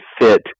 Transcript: fit